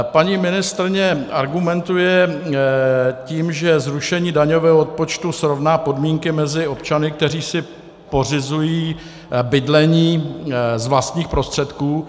Paní ministryně argumentuje tím, že zrušení daňového odpočtu srovná podmínky mezi občany, kteří si pořizují bydlení z vlastních prostředků.